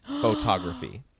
photography